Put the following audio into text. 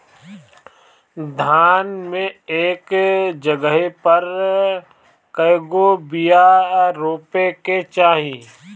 धान मे एक जगही पर कएगो बिया रोपे के चाही?